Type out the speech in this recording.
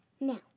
No